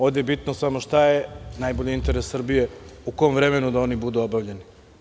Ovde je bitno samo šta je najbolji interes Srbije u kom vremenu da oni budu obavljeni.